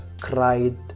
cried